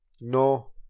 No